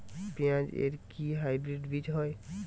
পেঁয়াজ এর কি হাইব্রিড বীজ হয়?